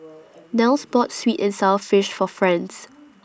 Nels bought Sweet and Sour Fish For Franz